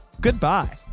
Goodbye